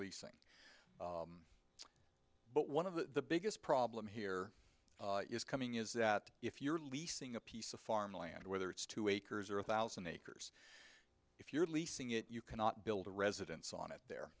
leasing but one of the biggest problem here is coming is that if you're leasing a piece of farmland whether it's two acres or a thousand acres if you're leasing it you cannot build a residence on it there